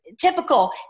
typical